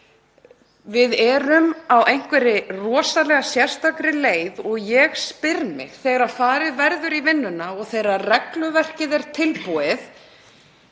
Við erum á rosalega sérstakri leið. Ég spyr mig, þegar farið verður í vinnuna og þegar regluverkið er tilbúið,